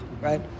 right